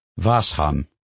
washam